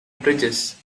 bridges